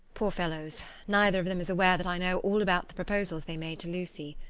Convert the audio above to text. poor fellows, neither of them is aware that i know all about the proposals they made to lucy.